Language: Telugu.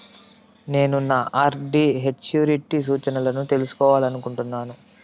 నేను నా ఆర్.డి మెచ్యూరిటీ సూచనలను తెలుసుకోవాలనుకుంటున్నాను